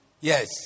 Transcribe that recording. Yes